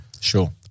Sure